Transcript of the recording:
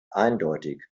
eindeutig